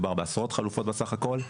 מדובר בעשרות חלופות בסך הכול,